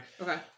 Okay